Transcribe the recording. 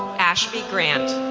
ashley grant,